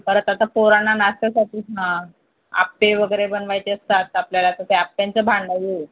परत आता पोरांना नाश्त्यासाठी आप्पे वगैरे बनवायचे असतात आपल्याला तर ते आप्प्यांचं भांडं बी आहे